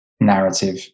narrative